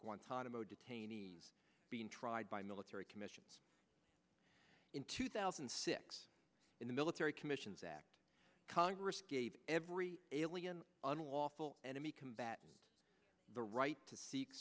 guantanamo detainees being tried by military commissions in two thousand and six in the military commissions act congress gave every alien unlawful enemy combatant the right to seek